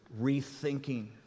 rethinking